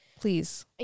please